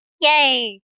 Yay